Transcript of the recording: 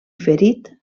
ferit